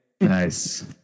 Nice